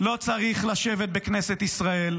לא צריך לשבת בכנסת ישראל,